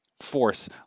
force